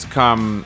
come